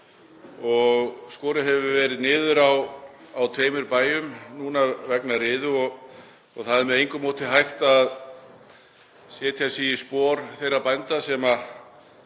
Skorið hefur verið niður á tveimur bæjum vegna riðu og það er með engu móti hægt að setja sig í spor þeirra bænda sem þar